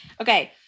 Okay